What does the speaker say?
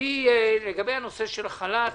לגבי החל"ת,